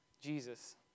Jesus